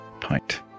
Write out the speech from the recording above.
pint